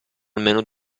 almeno